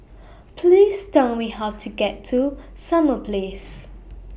Please Tell Me How to get to Summer Place